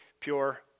pure